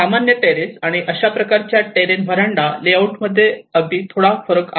सामान्य टेरेस आणि अशा प्रकारच्या टेरेन व्हरांडा लेआउट मध्ये तेथे अगदी थोडा फरक आहे